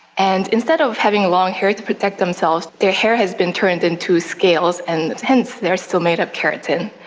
and instead of having long hair to protect themselves, their hair has been turned into scales and hence they are still made of keratin.